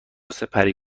سپری